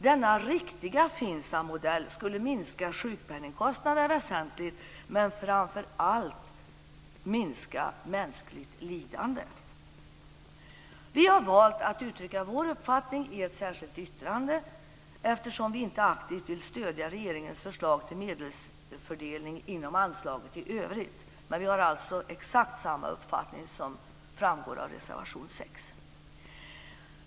Denna riktiga FINSAM-modell skulle minska sjukpenningkostnaderna väsentligt men framför allt minska mänskligt lidande. Vi har valt att uttrycka vår uppfattning i ett särskilt yttrande, eftersom vi inte aktivt vill stödja regeringens förslag till medelsfördelning inom anslaget i övrigt. Vi har dock exakt den uppfattning som framgår av reservation 6.